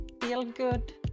feel-good